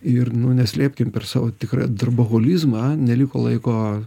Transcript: ir nu neslėpkim per savo tikrą darboholizmą neliko laiko